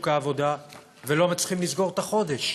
העבודה ולא מצליחים לסגור את החודש.